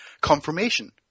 confirmation